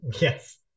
yes